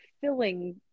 filling